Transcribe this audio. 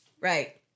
Right